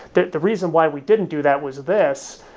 the the reason why we didn't do that was this.